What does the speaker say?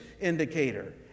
indicator